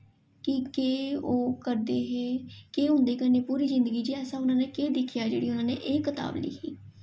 कि केह् ओह् करदे हे केह् उंदे कन्नै पूरी जिन्दगी ऐसा मतलब केह् दिक्खेआ जेह्ड़ा एह् कताब लिखी